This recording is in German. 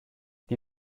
die